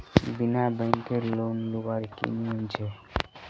बिना बैंकेर लोन लुबार की नियम छे?